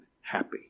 happy